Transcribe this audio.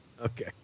Okay